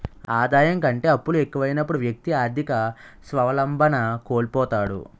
ఆదాయం కంటే అప్పులు ఎక్కువైనప్పుడు వ్యక్తి ఆర్థిక స్వావలంబన కోల్పోతాడు